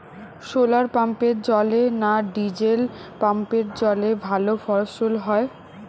শোলার পাম্পের জলে না ডিজেল পাম্পের জলে ভালো ফসল হয়?